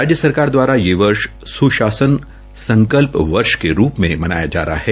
राज्य सरकार दवारा यह वर्ष सुशासन संकल्प वर्ष के रूप में मनाया जा रहा है